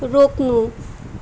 रोक्नु